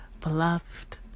Beloved